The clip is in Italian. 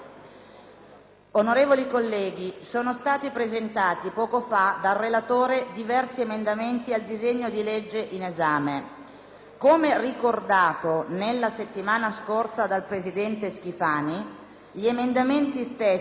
Onorevoli colleghi, sono stati presentati, poco fa, dal relatore diversi emendamenti al disegno di legge in esame. Come ricordato nella settimana scorsa dal presidente Schifani, gli emendamenti stessi